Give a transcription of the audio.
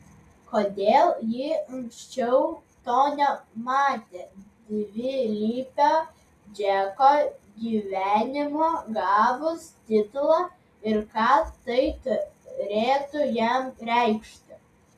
kodėl ji anksčiau to nematė dvilypio džeko gyvenimo gavus titulą ir ką tai turėtų jam reikšti